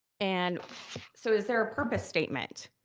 and so is there a purpose statement?